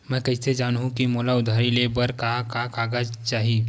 मैं कइसे जानहुँ कि मोला उधारी ले बर का का कागज चाही?